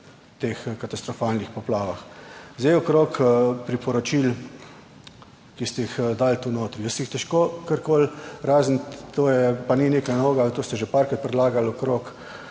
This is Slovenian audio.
teh katastrofalnih poplavah. Zdaj okrog priporočil, ki ste jih dali tu notri, jaz jih težko karkoli razen to je, pa ni nekaj novega, to ste že parkrat predlagali okrog